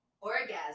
orgasm